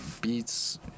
beats